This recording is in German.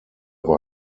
war